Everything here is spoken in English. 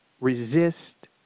resist